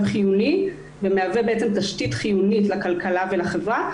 לחיוני ומהווה תשתית חיונית לכלכלה ולחברה,